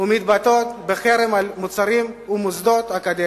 ומתבטאת בחרם על מוצרים ומוסדות אקדמיים,